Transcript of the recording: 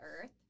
Earth